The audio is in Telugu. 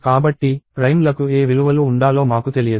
కాబట్టి ప్రైమ్లకు ఏ విలువలు ఉండాలో మాకు తెలియదు